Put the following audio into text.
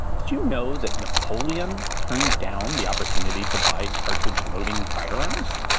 did you know that napoleon turned down the opportunity to buy cartridge-loading firearms?